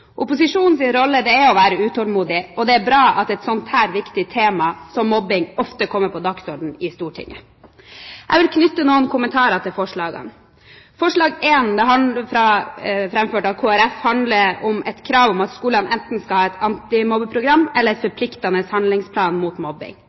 rolle er å være utålmodig, og det er bra at et så viktig tema som mobbing ofte kommer på dagsordenen i Stortinget. Jeg vil knytte noen kommentarer til forslagene. Forslag nr. 1, fra Fremskrittspartiet, Høyre og Kristelig Folkeparti, handler om et krav om at skoler enten skal ha et antimobbeprogram eller